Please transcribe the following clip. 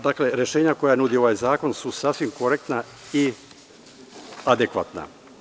Dakle, rešenja koja nudi ovaj zakon su sasvim korektna i adekvatna.